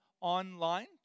online